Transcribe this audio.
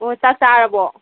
ꯑꯣ ꯆꯥꯛ ꯆꯥꯔꯕꯣ